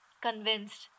convinced